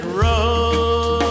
road